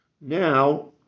Now